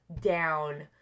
down